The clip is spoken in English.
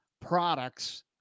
products